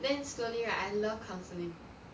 then slowly right I love counselling